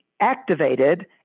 activated